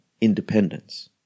independence